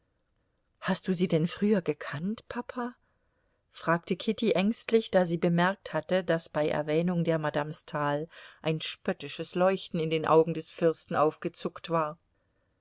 hast du sie denn früher gekannt papa fragte kitty ängstlich da sie bemerkt hatte daß bei erwähnung der madame stahl ein spöttisches leuchten in den augen des fürsten aufgezuckt war